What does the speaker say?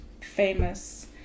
famous